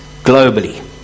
globally